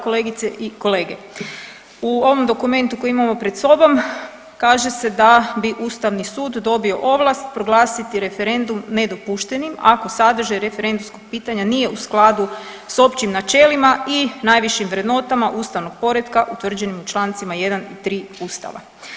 Kolegice i kolege u ovom dokumentu koji imao pred sobom kaže se da bi Ustavni sud dobio ovlast proglasiti referendum nedopuštenim ako sadržaj referendumskog pitanja nije u skladu s općim načelima i najvišim vrednotama ustavnog poretka utvrđenim u Člancima 1. i 3. Ustava.